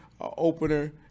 opener